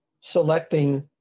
selecting